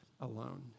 alone